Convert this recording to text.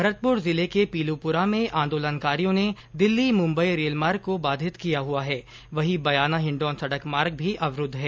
भरतपूर जिले के पीलूपुरा में आंदोलनकारियों ने दिल्ली मुंबई रेलमार्ग को बाधित किया हुआ है वहीं बयाना हिण्डौन सड़क मार्ग भी अवरूद्ध है